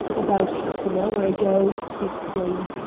about half an hour ago, he explained,